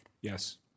Yes